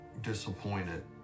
disappointed